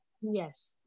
Yes